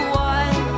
one